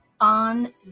on